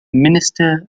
minister